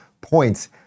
points